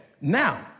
Now